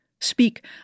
Speak